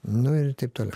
nu ir taip toliau